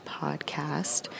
podcast